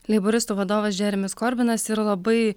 leiboristų vadovas džeremis korvinas ir labai